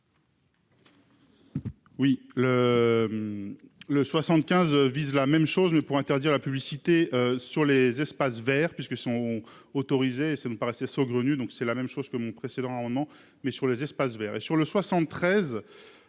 Oui le. Le 75, vise la même chose mais pour interdire la publicité sur les espaces verts puisque sont autorisés. Ça nous paraissait saugrenue. Donc c'est la même chose que mon précédent amendement mais sur les espaces verts